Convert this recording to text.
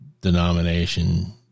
denomination